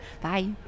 Bye